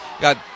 got